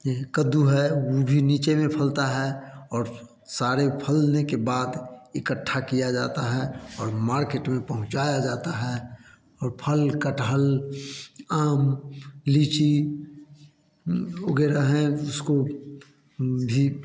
जैसे कद्दू वह भी नीचे में फलता है और सारे फलने के बाद इकट्ठा किया जाता है और मार्केट में पहुंचाया जाता है और फल कटहल आम लीची वगैरह है उसको जीप